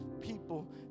people